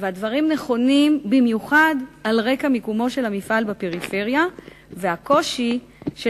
והדברים נכונים במיוחד על רקע מיקומו של המפעל בפריפריה והקושי של